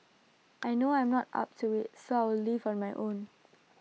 I know I'm not up to IT so I'll leave on my own